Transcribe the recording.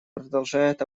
продолжает